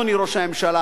אדוני ראש הממשלה,